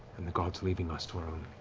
and the gods leaving us to our own.